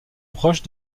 proche